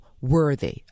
worthy